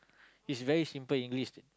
it's very simple English